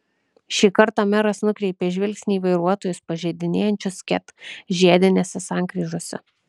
šį kartą meras nukreipė žvilgsnį į vairuotojus pažeidinėjančius ket žiedinėse sankryžose